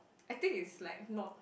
I think it's like not